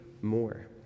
more